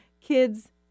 kids